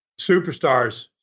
Superstars